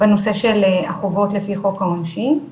בנושא של החובות לפי חוק העונשין.